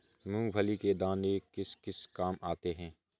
मूंगफली के दाने किस किस काम आते हैं?